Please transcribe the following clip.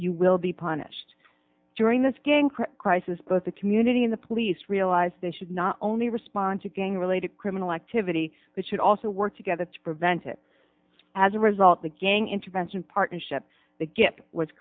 you will be punished during this gang crisis both the community and the police realize they should not only respond to gang related criminal activity but should also work together to prevent it as a result the gang intervention partnership the gap was